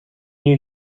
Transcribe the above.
you